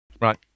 Right